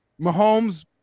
Mahomes